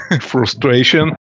frustration